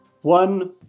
one